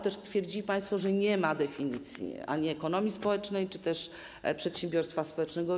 Twierdzili też państwo, że nie ma definicji ekonomii społecznej czy też przedsiębiorstwa społecznego.